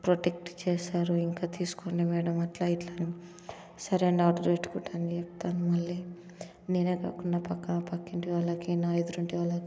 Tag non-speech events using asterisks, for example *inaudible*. protect చేశారు ఇంకా తీస్కోండి మేడం అట్లా ఇట్లా సరే అని ఆర్డర్ *unintelligible* చెప్తాను మళ్ళీ నేనే కాకుండా పక్క పక్కింటి వాళ్ళకి నా ఎదురింటి వాళ్ళకి